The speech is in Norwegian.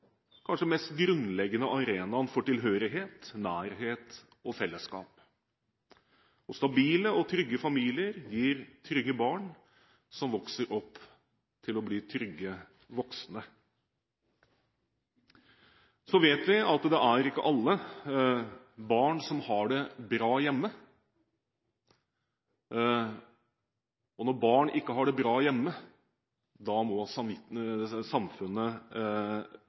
kanskje den mest grunnleggende arenaen for tilhørighet, nærhet og fellesskap. Stabile og trygge familier gir trygge barn som vokser opp til å bli trygge voksne. Vi vet at det er ikke alle barn som har det bra hjemme. Og når barn ikke har det bra hjemme, er samfunnet